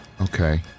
Okay